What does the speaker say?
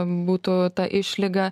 būtų ta išlyga